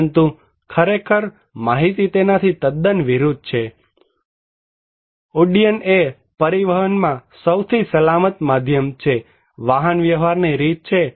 પરંતુ ખરેખર માહિતી તેનાથી તદ્દન વિરુદ્ધ છે ઉડ્ડયનએ પરિવહનમાં સૌથી સલામત માધ્યમ છે વાહન વ્યવહાર ની રીત છે